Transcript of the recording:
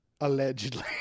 Allegedly